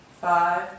five